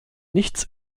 nichts